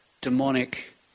demonic